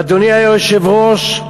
ואדוני היושב-ראש,